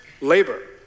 Labor